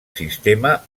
sistema